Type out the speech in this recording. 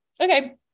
Okay